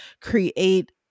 create